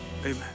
amen